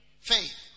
faith